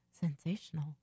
Sensational